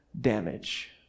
damage